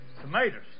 Tomatoes